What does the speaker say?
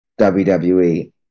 WWE